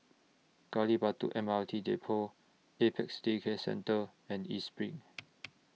Gali Batu M R T Depot Apex Day Care Centre and East SPRING